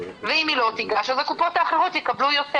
ואם היא לא תיגש, אז הקופות האחרות יקבלו יותר.